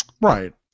Right